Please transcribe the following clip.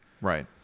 right